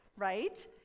right